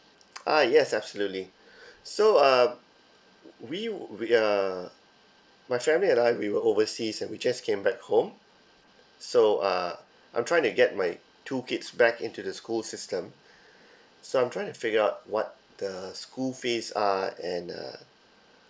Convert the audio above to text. ah yes absolutely so uh we would we uh my family and I we were overseas and we just came back home so uh I'm trying to get my two kids back into the school system so I'm trying to figure out what the school fees are and uh